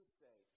say